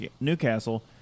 Newcastle